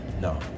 no